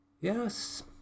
Yes